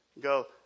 Go